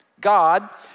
God